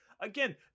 Again